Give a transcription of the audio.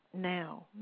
now